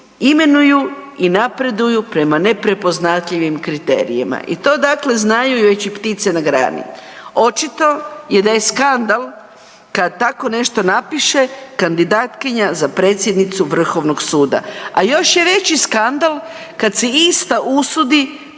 imenuju i napreduju prema neprepoznatljivim kriterijima i to dakle znaju već i ptice na grani. Očito je da je skandal kada tako nešto napiše kandidatkinja za predsjednicu Vrhovnog suda, a još je veći skandal kada se i sta usudi